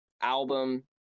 album